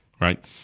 right